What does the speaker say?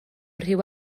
rhyw